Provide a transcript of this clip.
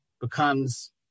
becomes